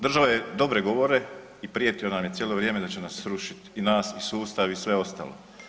Držao je dobre govore i prijetio nam je cijelo vrijeme da će nas srušiti i nas i sustav i sve ostalo.